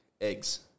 eggs